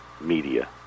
media